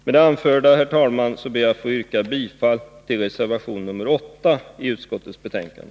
Med det anförda, fru talman, ber jag att få yrka bifall till reservation 8 i utskottets betänkande.